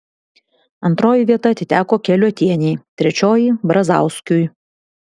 antroji vieta atiteko keliuotienei trečioji brazauskiui